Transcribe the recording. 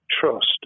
trust